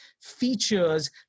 features